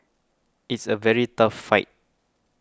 it's a very tough fight